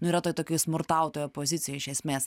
nu yra toj tokioj smurtautojo pozicijoj iš esmės